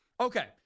Okay